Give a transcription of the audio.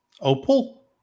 Opal